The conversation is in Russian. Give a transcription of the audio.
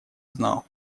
знал